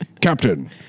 Captain